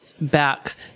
back